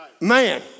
Man